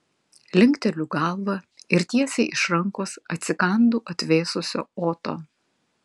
linkteliu galvą ir tiesiai iš rankos atsikandu atvėsusio oto